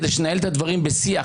כדי שננהל את הדברים בשיח,